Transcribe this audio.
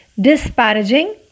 Disparaging